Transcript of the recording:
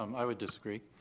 um i would disagree.